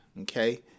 Okay